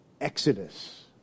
Exodus